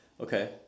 Okay